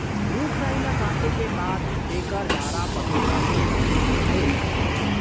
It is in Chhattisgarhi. रूख राई ल काटे के बाद एकर डारा पतोरा ले लकड़ी मिलथे